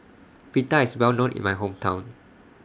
Pita IS Well known in My Hometown